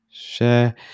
share